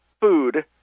food